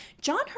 John